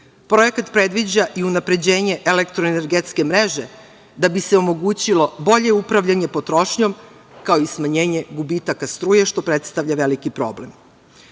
Projekat predviđa i unapređenje elektroenergetske mreže da bi se omogućilo bolje upravljanje potrošnjom, kao i smanjenje gubitaka struje, što predstavlja veliki problem. Sporazum